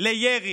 על ירי